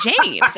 James